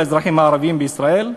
לאזרחים הערבים בישראל.